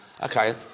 Okay